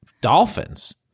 dolphins